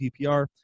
PPR